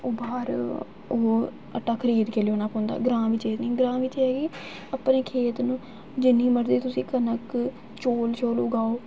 ओह् बाह्र ओह् आटा खरीद के लेआना पौंदा ग्रांऽ बिच एह् नेईं ग्रांऽ बिच एह् ऐ कि अपने खेत न जि'न्नी मरजी तुसी कनक चोल शोल उगाओ